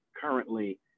currently